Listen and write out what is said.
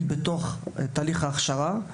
בתוך תהליך ההכשרה,